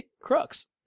crux